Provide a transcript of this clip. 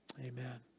Amen